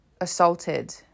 assaulted